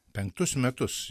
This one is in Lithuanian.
penktus metus